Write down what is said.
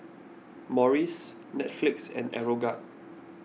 Morries Netflix and Aeroguard